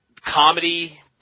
comedy